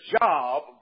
job